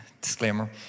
Disclaimer